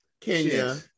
Kenya